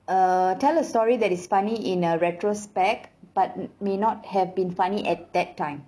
err tell a story that is funny in a retrospect but may not have been funny at that time